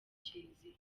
kiliziya